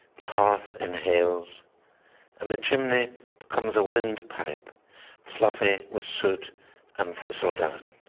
the hearth inhales and the chimney becomes a windpipe fluffy with soot and thistledown,